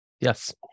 Yes